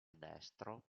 destro